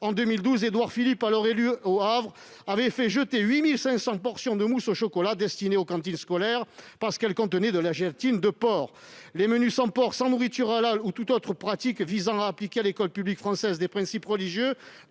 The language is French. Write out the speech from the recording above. en 2012, Édouard Philippe, alors élu au Havre, avait fait jeter 8 500 portions de mousse au chocolat destinées aux cantines scolaires, parce qu'elles contenaient de la gélatine de porc ! Les menus sans porc ou sans nourriture halal, ainsi que toute autre pratique visant à appliquer à l'école publique française des principes religieux,